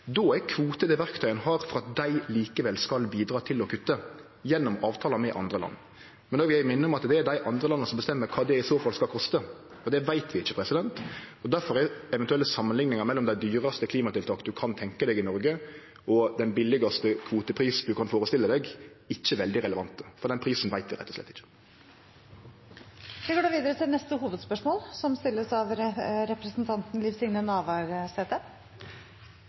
Då er kvote det verktøyet ein har for at dei likevel skal bidra til å kutte – gjennom avtaler med andre land. Men då vil eg minne om at det er dei andre landa som bestemmer kva det i så fall skal koste, og det veit vi ikkje. Difor er eventuelle samanlikningar mellom dei dyraste klimatiltak ein kan tenkje seg i Noreg, og den billigaste kvoteprisen ein kan førestille seg, ikkje veldig relevant, for den prisen veit ein rett og slett ikkje. Vi går videre til neste